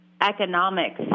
economics